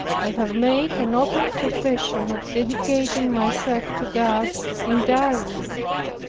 i have made an open profession of dedicating myself to god entirely.